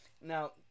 Now